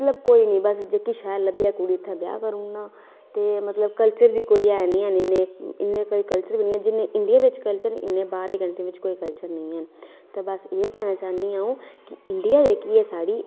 मतलब कोई निं जित्थें शैल लब्भी जा कुड़ी उत्थें ब्याह् करी ओड़ना ते मतलब कल्चर बी कोई ऐ निं हैन इन्ने कोई कल्चर बी हैन निं हैन जिन्ने इंडिया बिच कल्चर न ते बाहरलियें कंट्रियें बिच कोई इन्ने कल्चर निं हैन ते एह् कहना चाह्नीं आं अंऊ की इंडिया जेह्की साढ़ी